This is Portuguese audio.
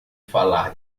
falar